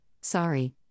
Sorry